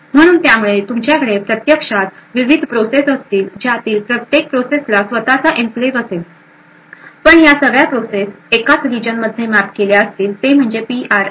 म्हणून त्यामुळे तुमच्याकडे प्रत्यक्षात विविध प्रोसेस असतील ज्यातील प्रत्येक प्रोसेसला स्वतःचा एन्क्लेव्ह असेल पण या सगळ्या प्रोसेस एकाच रिजन मध्ये मॅप केलेल्या असतील ते म्हणजे पीआरएम